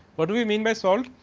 what do you mean by so